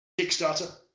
Kickstarter